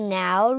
now